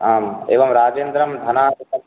आम् एवं राजेन्द्रं धनादिकं